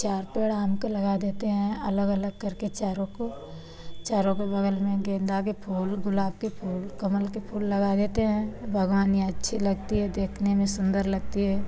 चार पेड़ आम का लगा देते हैं अलग अलग करके चारों को चारों के बगल में गेंदा के फूल गुलाब के फूल कमल के फूल लगा देते हैं बाग़वानी अच्छी लगती है देखने में सुंदर लगती है